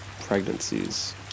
pregnancies